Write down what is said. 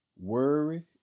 worry